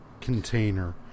container